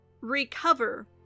recover